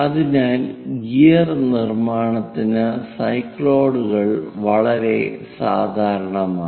അതിനാൽ ഗിയർ നിർമ്മാണത്തിന് സൈക്ലോയിഡുകൾ വളരെ സാധാരണമാണ്